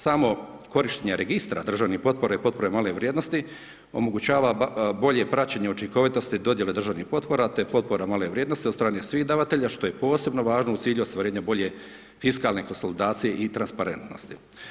Samo korištenje registra državnih potpora i potpora male vrijednosti omogućava bolje praćenje učinkovitosti dodijele državnih potpora, te potpora male vrijednosti od strane svih davatelja, što je posebno važno u cilju ostvarenja bolje fiskalne konsolidacije i transparentnosti.